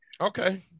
Okay